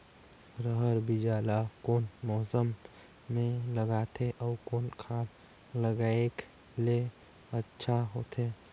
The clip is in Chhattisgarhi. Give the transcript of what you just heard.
रहर बीजा ला कौन मौसम मे लगाथे अउ कौन खाद लगायेले अच्छा होथे?